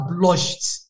blushed